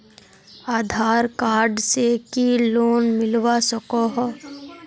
आधार card से की loan मिलवा सकोहो?